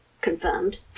confirmed